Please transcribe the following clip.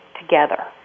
together